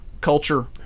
culture